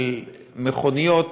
שמכוניות